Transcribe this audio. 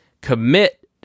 commit